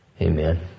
amen